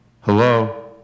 Hello